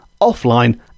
offline